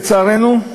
לצערנו,